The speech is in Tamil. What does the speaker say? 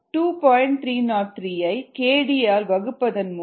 303 ஐ kd ஆல் வகுப்பதன் மூலம் பெற்றோம்